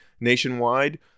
nationwide